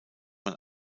man